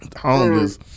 homeless